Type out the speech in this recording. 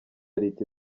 riti